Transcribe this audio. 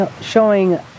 showing